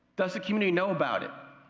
does the community know about it?